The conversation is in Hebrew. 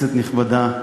כנסת נכבדה,